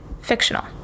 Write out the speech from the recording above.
fictional